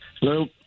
Hello